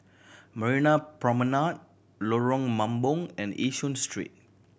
Marina Promenade Lorong Mambong and Yishun Street